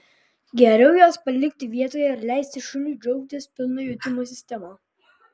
geriau juos palikti vietoje ir leisti šuniui džiaugtis pilna jutimų sistema